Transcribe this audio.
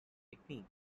technique